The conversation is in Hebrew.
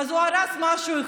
הוא הרס משהו אחד,